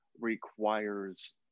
requires